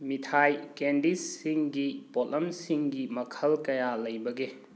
ꯃꯤꯊꯥꯏ ꯀꯦꯟꯗꯤꯁꯁꯤꯡꯒꯤ ꯄꯣꯠꯂꯝꯁꯤꯡꯒꯤ ꯃꯈꯜ ꯀꯌꯥ ꯂꯩꯕꯒꯦ